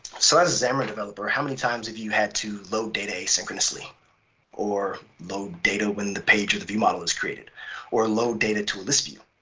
so as a xamarin developer, how many times have you had to load data asynchronously or load data when the page of the viewmodel is created or load data to a listview?